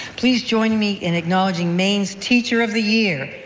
please join me in acknowledging maine's teacher of the year,